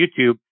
YouTube